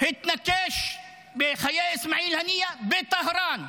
התנקש בחיי איסמעיל הנייה בטהרן.